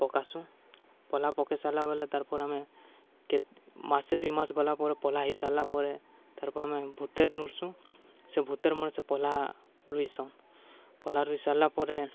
ପକାସୁଁ ପଲ୍ହା ପକେଇ ସାରିଲା ବେଲେ ତାର୍ପରେ ଆମେ କେତ୍ ମାସେ ଦୁଇ ମାସ ଗଲାପରେ ପ୍ ହେଇସାରିଲା ପରେ ତାର୍ପରେ ଆମେ ଭୁତେର୍ ନୁରୁସୁଁ ସେ ଭୁତେର୍ ମଡ଼ ସେ ପ୍ ରୁଇସନ୍ଁ ପଲ୍ହା ରୁଇ ସାରିଲା ପରେ